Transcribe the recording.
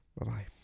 Bye-bye